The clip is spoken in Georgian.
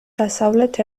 დასავლეთ